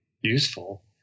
useful